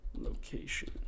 location